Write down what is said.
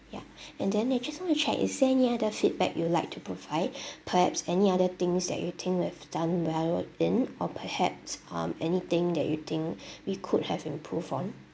ya and then I just want to check is there any other feedback you'd like to provide perhaps any other things that you think we've done well in or perhaps um anything that you think we could have improved on